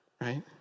right